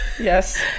Yes